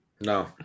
No